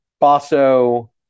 Basso